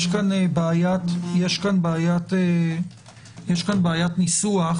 יש פה בעיית ניסוח